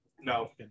no